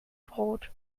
brot